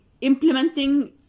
implementing